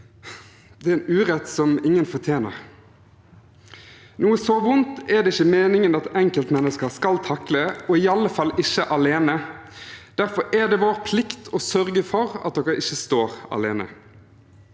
i, er en urett som ingen fortjener. Noe så vondt er det ikke meningen at enkeltmennesker skal takle, og i alle fall ikke alene. Derfor er det vår plikt å sørge for at dere ikke står alene.